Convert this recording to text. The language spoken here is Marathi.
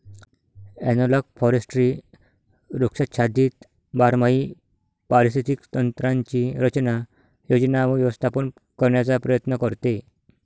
ॲनालॉग फॉरेस्ट्री वृक्षाच्छादित बारमाही पारिस्थितिक तंत्रांची रचना, योजना व व्यवस्थापन करण्याचा प्रयत्न करते